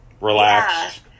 relaxed